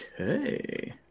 Okay